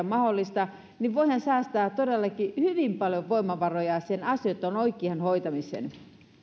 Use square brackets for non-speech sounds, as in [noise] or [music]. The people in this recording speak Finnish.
[unintelligible] mahdollista niin että voidaan säästää todellakin hyvin paljon voimavaroja asioitten oikeaan hoitamiseen